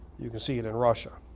you can see it in russia.